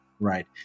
right